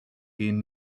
gehen